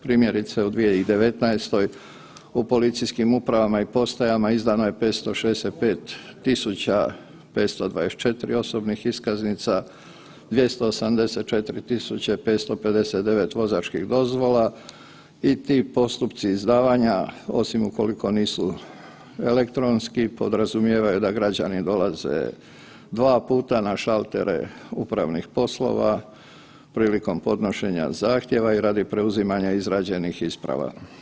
Primjerice u 2019. i policijskim upravama i postajama izdano je 565.524 osobnih iskaznica, 284.559 vozačkih dozvola i ti postupci izdavanja osim ukoliko nisu elektronski podrazumijevaju da građani dolaze 2 puta na šaltere upravnih poslova, prilikom podnošenja zahtjeva i radi preuzimanja izrađenih isprava.